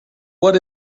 what